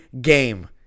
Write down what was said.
game